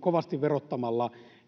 kovasti verottamalla.